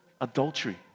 adultery